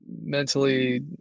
mentally